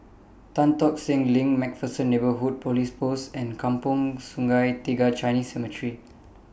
Tan Tock Seng LINK MacPherson Neighbourhood Police Post and Kampong Sungai Tiga Chinese Cemetery